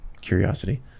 curiosity